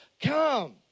come